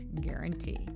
guarantee